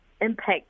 impact